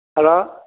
hello